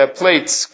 plates